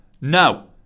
No